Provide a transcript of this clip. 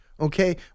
Okay